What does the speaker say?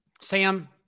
Sam